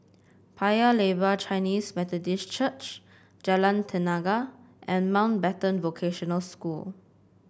Paya Lebar Chinese Methodist Church Jalan Tenaga and Mountbatten Vocational School